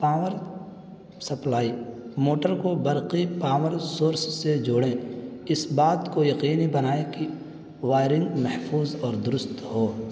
power supply motor کو برقی power source سے جوڑیں اس بات کو یقینی بنائیں کہ وائرنگ محفوظ اور درست ہو